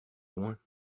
loin